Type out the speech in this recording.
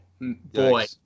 boy